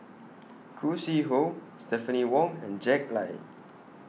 Khoo Sui Hoe Stephanie Wong and Jack Lai